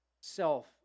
self